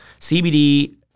CBD